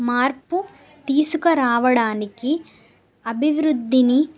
మార్పు తీసుకురావడానికి అభివృద్ధిని